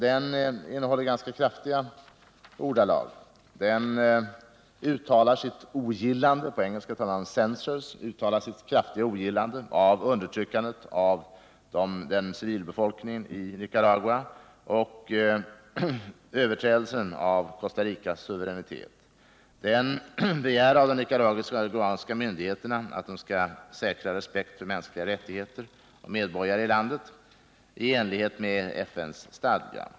Den är hållen i ganska kraftiga ordalag. Den uttalar sitt kraftiga ogillande, på engelska censures, av undertryckandet av civilbefolkningen i Nicaragua och överträdelsen av Costa Ricas suveränitet. Den begär av de nicaraguanska myndigheterna att de skall säkra respekt för mänskliga rättigheter och för medborgare i landet i enlighet med FN:s stadga.